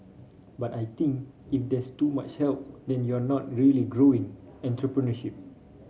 but I think if there is too much help then you are not really growing entrepreneurship